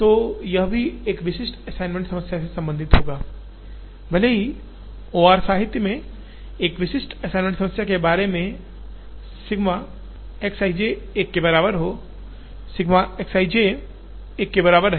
तो यह अभी भी एक विशिष्ट असाइनमेंट समस्या से संबंधित होगा भले ही OR साहित्य में एक विशिष्ट असाइनमेंट समस्या के बारे में सिग्मा X ij 1 के बराबर हो sigma Xij 1 के बराबर है